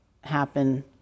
happen